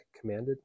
commanded